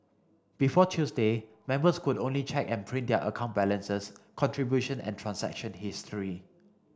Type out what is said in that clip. before Tuesday members could only check and print their account balances contribution and transaction history